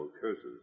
curses